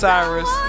Cyrus